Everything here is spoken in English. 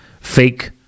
fake